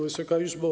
Wysoka Izbo!